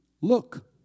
look